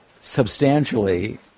substantially